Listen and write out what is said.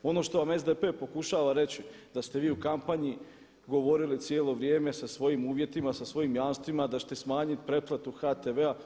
Ono što vam SDP pokušava reći da ste vi u kampanji govorili cijelo vrijeme sa svojim uvjetima sa svojim jamstvima da ćete smanjiti pretplatu HTV-a.